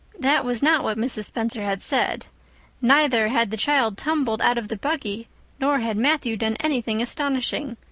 that was not what mrs. spencer had said neither had the child tumbled out of the buggy nor had matthew done anything astonishing.